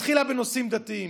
התחילה בנושאים דתיים.